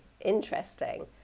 interesting